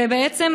ובעצם,